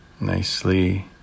Nicely